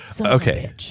Okay